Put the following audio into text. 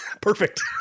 Perfect